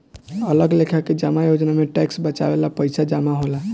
अलग लेखा के जमा योजना में टैक्स बचावे ला पईसा जमा होला